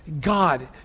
God